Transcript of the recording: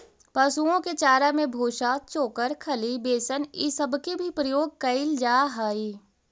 पशुओं के चारा में भूसा, चोकर, खली, बेसन ई सब के भी प्रयोग कयल जा हई